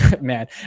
man